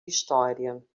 história